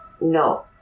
No